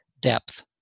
depth